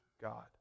God